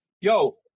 yo